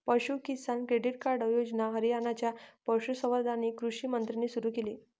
पशु किसान credit card योजना हरियाणाच्या पशुसंवर्धन आणि कृषी मंत्र्यांनी सुरू केली